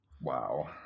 Wow